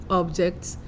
objects